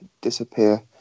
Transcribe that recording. disappear